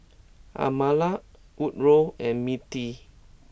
Amalia Woodroe and Mindi